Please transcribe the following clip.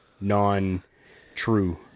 non-true